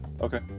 okay